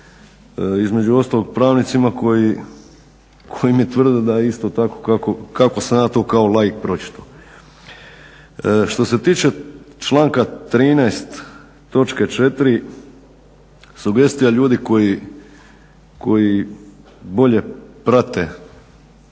između ostalog pravnicima koji mi tvrde da je isto tako kako sam ja to kao laik pročitao. Što se tiče članka 13. točke 4. sugestija ljudi koji bolje prate